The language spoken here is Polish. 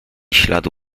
śladu